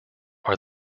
are